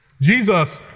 Jesus